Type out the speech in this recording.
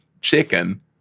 chicken